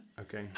okay